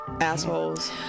assholes